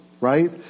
right